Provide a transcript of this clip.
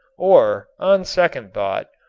or, on second thought,